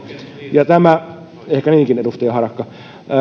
ehkä niinkin edustaja harakka